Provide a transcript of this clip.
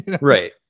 Right